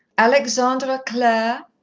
alexandra clare,